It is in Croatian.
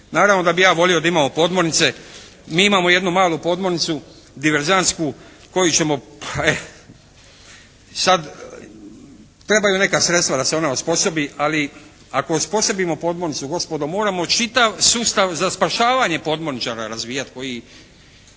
Naravno da bih ja volio da imamo podmornice. Mi imamo jednu malu podmornicu diverzantsku koju ćemo, sad trebaju neka sredstva da se ona osposobi ali ako osposobimo podmornicu gospodo moramo čitav sustav za spašavanje podmorničara razvijati koji